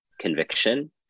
conviction